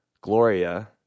Gloria